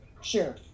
Sure